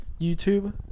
youtube